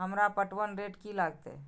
हमरा पटवन रेट की लागते?